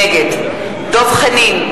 נגד דב חנין,